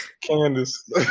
Candace